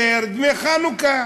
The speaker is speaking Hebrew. יותר דמי חנוכה.